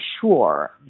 sure